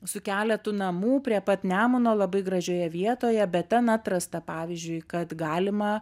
su keletu namų prie pat nemuno labai gražioje vietoje bet ten atrasta pavyzdžiui kad galima